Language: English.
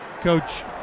Coach